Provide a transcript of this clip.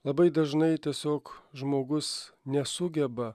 labai dažnai tiesiog žmogus nesugeba